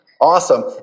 Awesome